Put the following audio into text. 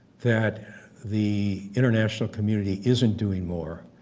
that the international community isn't doing more.